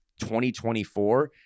2024